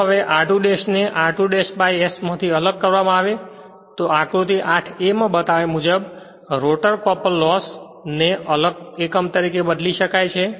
જો હવે r2 ' ને r2 ' s માથી અલગ કરવામાં આવે તો આકૃતી 8 a માં બતાવ્યા મુજબ રોટર કોપર લોસ ને અલગ એકમ તરીકે બદલી શકાય છે